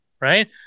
right